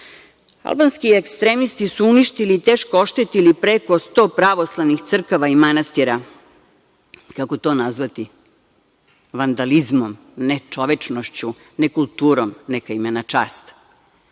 Prilužju. Albanski ekstremisti su uništili i teško oštetili preko 100 pravoslavnih crkava i manastira. Kako to nazvati? Vandalizmom, nečovečnošću, nekulturom, neka im je na čast. Ja